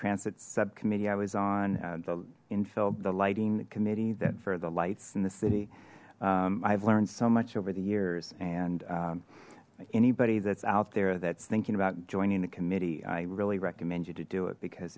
transit subcommittee i was on the infill the lighting committee that for the lights in the city i've learned so much over the years and anybody that's out there that's thinking about joining a committee i really recommend you to do it because